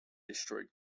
destroyed